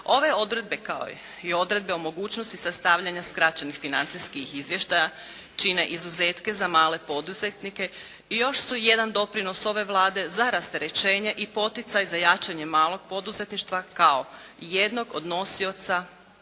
Ove odredbe kao i odredbe o mogućnosti sastavljanja skraćenih financijskih izvještaja čine izuzetke za male poduzetnike i još su jedan doprinos ove Vlade za rasterećenje i poticaj za jačanje malog poduzetništva kao jednog od nosica